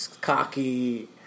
cocky